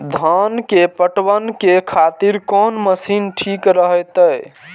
धान के पटवन के खातिर कोन मशीन ठीक रहते?